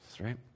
right